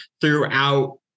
throughout